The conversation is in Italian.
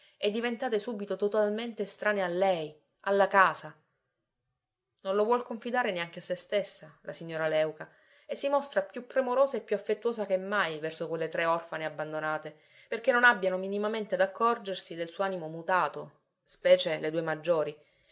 lei alla casa non lo vuol confidare neanche a se stessa la signora léuca e si mostra più premurosa e più affettuosa che mai verso quelle tre orfane abbandonate perché non abbiano minimamente ad accorgersi del suo animo mutato specie le due maggiori